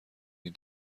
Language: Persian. این